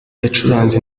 yacuranze